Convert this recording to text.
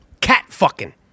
Cat-fucking